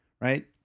right